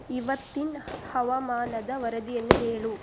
ಇವತ್ತಿನ ಹವಾಮಾನದ ವರದಿಯನ್ನು ಹೇಳು